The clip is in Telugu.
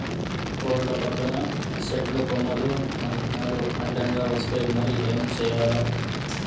రోడ్ల పక్కన సెట్టు కొమ్మలు నరికినారు అడ్డంగా వస్తే మరి ఏం చేయాల